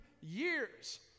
years